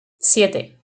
siete